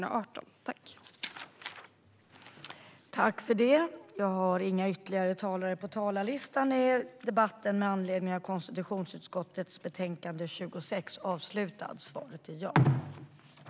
Några ändringar i riksdagsordningen